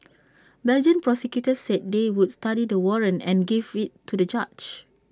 Belgian prosecutors said they would study the warrant and give IT to A judge